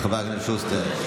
חבר הכנסת שוסטר.